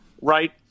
right